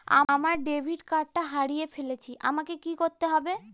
আমার ডেবিট কার্ডটা হারিয়ে ফেলেছি আমাকে কি করতে হবে?